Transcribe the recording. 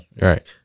Right